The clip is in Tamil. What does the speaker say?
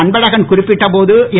அன்பழகன் குறிப்பிட் போது என்